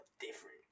different